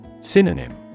Synonym